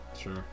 sure